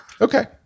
Okay